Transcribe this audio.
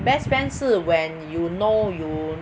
best friend 是 when you know you